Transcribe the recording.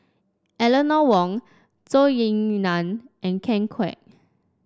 Eleanor Wong Zhou Ying Nan and Ken Kwek